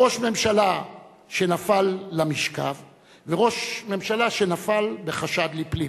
ראש ממשלה שנפל למשכב וראש ממשלה שנפל בחשד לפלילים.